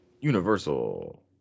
Universal